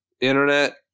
internet